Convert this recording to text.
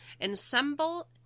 assemble